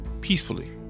peacefully